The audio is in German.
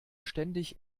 ständig